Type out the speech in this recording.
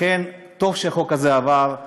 לכן, טוב שהחוק הזה עבר.